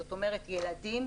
זאת אומרת ילדים,